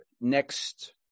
next